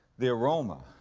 the aroma